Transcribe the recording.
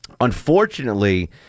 Unfortunately